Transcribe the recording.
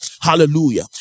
hallelujah